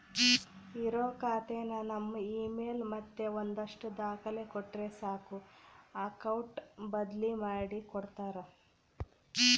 ಇರೋ ಖಾತೆನ ನಮ್ ಇಮೇಲ್ ಮತ್ತೆ ಒಂದಷ್ಟು ದಾಖಲೆ ಕೊಟ್ರೆ ಸಾಕು ಅಕೌಟ್ ಬದ್ಲಿ ಮಾಡಿ ಕೊಡ್ತಾರ